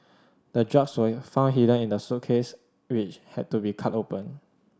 the drugs were found hidden in the suitcase which had to be cut open